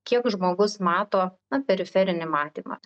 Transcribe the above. kiek žmogus mato na periferinį matymą